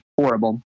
horrible